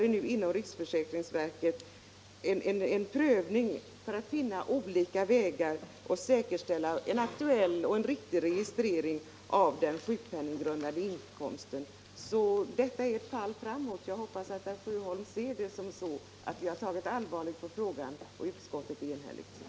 Det sker inom riksförsäkringsverket en prövning för att finna olika vägar att säkerställa en aktuell och riktig registrering av den sjukpenninggrundande inkomsten. Detta är ett fall framåt, och jag hoppas att herr Sjöholm ser det så att vi har tagit allvarligt på frågan. Utskottet är, som sagt, enigt.